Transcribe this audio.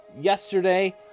yesterday